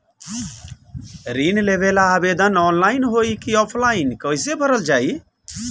ऋण लेवेला आवेदन ऑनलाइन होई की ऑफलाइन कइसे भरल जाई?